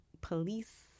police